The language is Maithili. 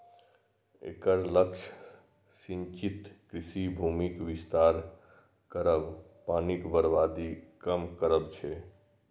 एकर लक्ष्य सिंचित कृषि भूमिक विस्तार करब, पानिक बर्बादी कम करब छै